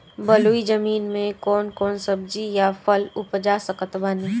बलुई जमीन मे कौन कौन सब्जी या फल उपजा सकत बानी?